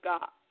God